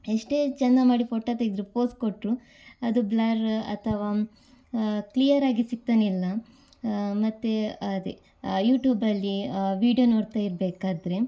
ಎಷ್ಟೇ ಚಂದ ಮಾಡಿ ಫೋಟೋ ತೆಗೆದ್ರು ಫೋಸ್ ಕೊಟ್ಟರೂ ಅದು ಬ್ಲರ್ ಅಥವಾ ಕ್ಲಿಯರಾಗಿ ಸಿಕ್ತಾನೆ ಇಲ್ಲ ಮತ್ತು ಅದೇ ಯೂಟ್ಯೂಬಲ್ಲಿ ವೀಡಿಯೋ ನೋಡ್ತಾ ಇರಬೇಕಾದ್ರೆ